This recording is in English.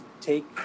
take